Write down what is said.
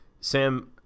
Sam